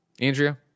Andrea